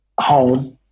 Home